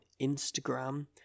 Instagram